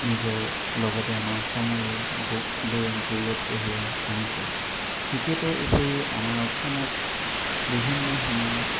নিজৰ লগতে আমাৰ আসমৰো গ লৈ গৌৰৱ কঢ়িয়াই আনিছে ক্ৰিকেটৰ উপৰিও আমাৰ অসমত বিভিন্ন সময়ত